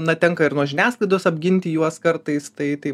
na tenka ir nuo žiniasklaidos apginti juos kartais tai tai